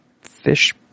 fish